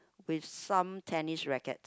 with some tennis racquets